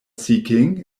seeking